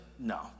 No